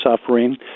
suffering